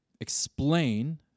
explain